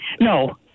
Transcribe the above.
No